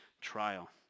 trial